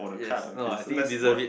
yes no I think you deserve it